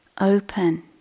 Open